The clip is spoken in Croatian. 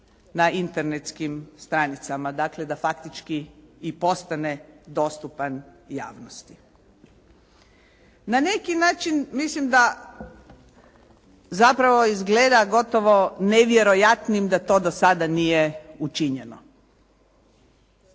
na internetskim stranicama, dakle da faktički i postane dostupan javnosti. Na neki način mislim da zapravo izgleda gotovo nevjerojatnim da to do sada nije učinjeno.